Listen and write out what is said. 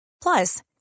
Plus